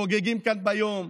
חוגגים כאן ביום,